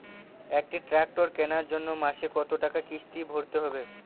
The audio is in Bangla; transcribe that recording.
একটি ট্র্যাক্টর কেনার জন্য মাসে কত টাকা কিস্তি ভরতে হবে?